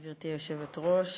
גברתי היושבת-ראש,